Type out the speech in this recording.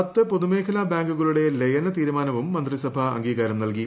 പത്ത് പൊതുമേഖലാ ബാങ്കുകളുടെ ലയന തീരുമാനവും മന്ത്രിസഭ അംഗീകാരം നൽകി